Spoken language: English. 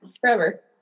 Forever